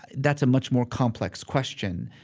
that's a much more complex question.